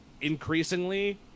increasingly